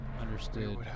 understood